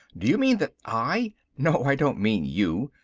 do you mean that i no, i don't mean you.